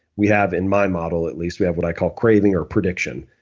we have in my model at least, we have what i call craving or prediction,